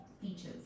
features